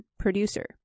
producer